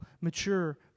mature